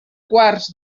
quarts